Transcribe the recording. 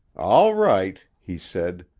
all right, he said.